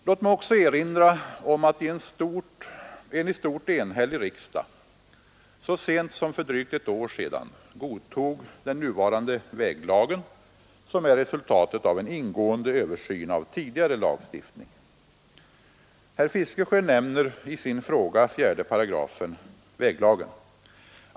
Låt mig också erinra om att en i stort enhällig riksdag så sent som för drygt ett år sedan godtog den nuvarande väglagen, som är resultatet av en ingående översyn av tidigare lagstiftning. Herr Fiskesjö nämner i sin fråga 4 § väglagen.